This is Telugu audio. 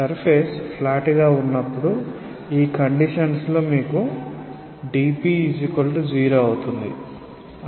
సర్ఫేస్ ఫ్లాట్ గా ఉన్నప్పుడు ఈ కండిషన్స్ లో మీకు dp 0 అవుతుంది